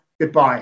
goodbye